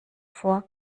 vor